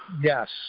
Yes